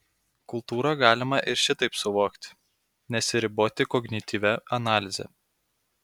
kultūrą galima ir šitaip suvokti nesiriboti kognityvia analize